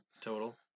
Total